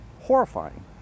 horrifying